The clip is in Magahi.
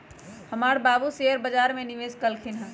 हमर बाबू शेयर बजार में निवेश कलखिन्ह ह